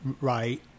right